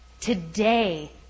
Today